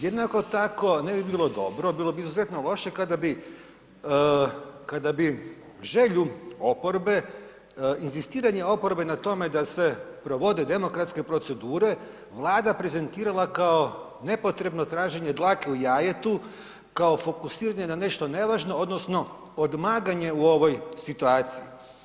Jednako tako ne bi bilo dobro bilo bi izuzetno loše kada bi, kada bi želju oporbe, inzistiranje oporbe na tome da se provode demokratske procedure Vlada prezentirala kao nepotrebno traženje dlake u jajetu kao fokusiranje na nešto nevažno odnosno odmaganje u ovoj situaciji.